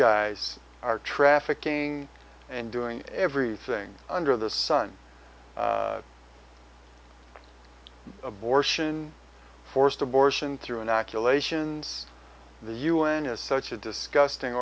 guys are trafficking and doing everything under the sun abortion forced abortion through an accusation zz the u n is such a disgusting